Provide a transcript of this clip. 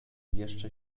jeszcze